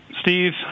Steve